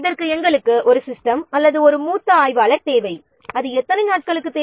இதற்கு 1 சிஸ்டம் அல்லது 1 மூத்த ஆய்வாளர் தேவை அது எத்தனை நாட்களுக்கு தேவை